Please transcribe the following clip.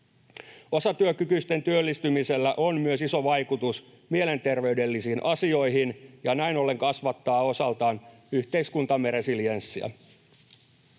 Osatyökykyisten työllistymisellä on myös iso vaikutus mielenterveydellisiin asioihin, ja se näin ollen kasvattaa osaltaan yhteiskuntamme resilienssiä.